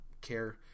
care